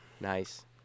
Nice